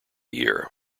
year